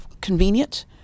convenient